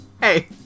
Hey